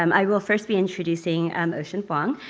um i will first be introducing um ocean vuong,